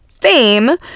fame